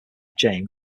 jane